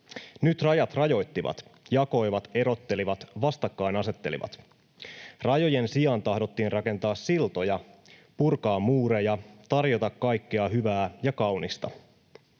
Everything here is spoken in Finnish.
Nyt rajat rajoittivat, jakoivat, erottelivat, vastakkain asettelivat. Rajojen sijaan tahdottiin rakentaa siltoja, purkaa muureja, tarjota kaikkea hyvää ja kaunista.